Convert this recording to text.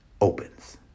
opens